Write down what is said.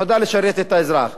נועדה לשרת את האזרח,